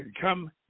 come